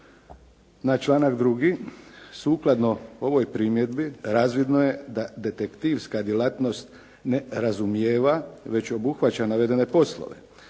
Na članak 2. Sukladno ovoj primjedbi razvidno je da detektivska djelatnost ne razumijeva već obuhvaća navedene poslove.